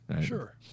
Sure